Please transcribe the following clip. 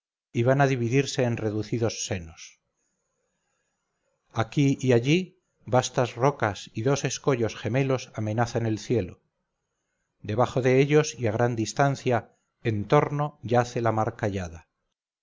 y van a dividirse en reducidos senos aquí y allí vastas rocas y dos escollos gemelos amenazan el cielo debajo de ellos y a gran distancia entorno yace la mar